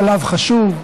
שלב חשוב,